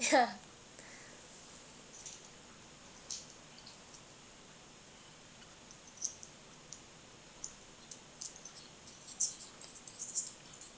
ya